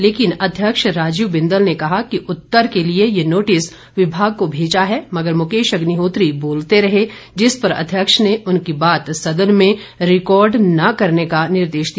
लेकिन अध्यक्ष राजीव बिंदल ने कहा कि उत्तर के लिए ये नोटिस विभाग को भेजा है मगर मुकेश अग्निहोत्री बोलते रहे जिस पर अध्यक्ष ने उनकी बात सदन में रिकॉर्ड न करने का निर्देश दिया